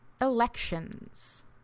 Elections